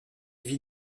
vit